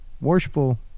worshipful